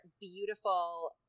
beautiful